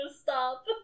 stop